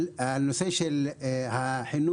לגבי נושא החינוך,